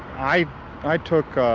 i i took